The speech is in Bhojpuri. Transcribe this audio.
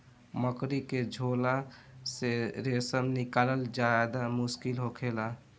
मकड़ी के झोल से रेशम निकालल ज्यादे मुश्किल होखेला